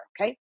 Okay